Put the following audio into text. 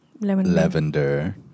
Lavender